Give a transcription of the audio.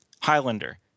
Highlander